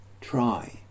Try